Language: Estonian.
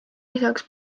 lisaks